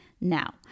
Now